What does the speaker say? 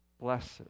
blessed